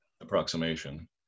approximation